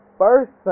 first